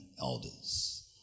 elders